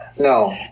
No